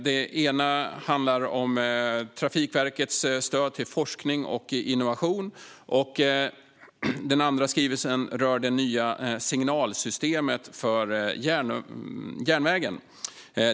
Den ena skrivelsen handlar om Trafikverkets stöd till forskning och innovation, och den andra rör det nya signalsystemet för järnvägen.